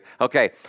Okay